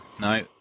No